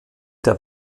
der